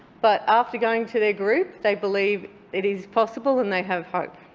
but after going to their group, they believe it is possible and they have hope.